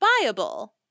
viable